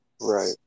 Right